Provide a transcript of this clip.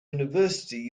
university